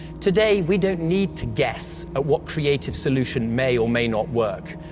today, we don't need to guess at what creative solution may or may not work.